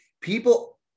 People